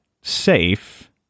safe